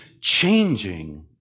changing